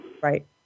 Right